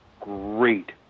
great